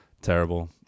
terrible